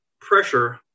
pressure